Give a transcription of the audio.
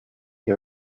the